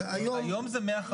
היום זה 150,